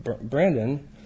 Brandon